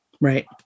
right